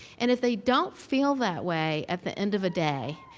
and if they don't feel that way at the end of a day,